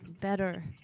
better